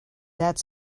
that